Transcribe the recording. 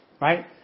right